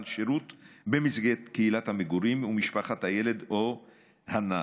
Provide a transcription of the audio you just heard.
שירות במסגרת קהילת המגורים ומשפחת הילד או הנער.